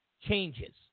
changes